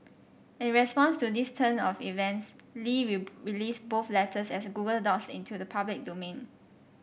in response to this turn of events Li released both letters as Google docs into the public domain